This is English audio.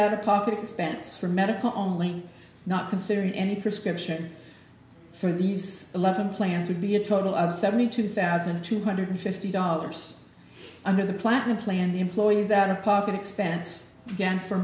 out of pocket expense for medical only not considering any prescription for these eleven plans would be a total of seventy two thousand two hundred fifty dollars under the platinum plan the employees out of pocket expense again for